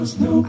no